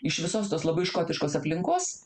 iš visos tos labai škotiškos aplinkos